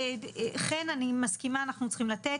חן אני מסכימה אנחנו צריכים לתת,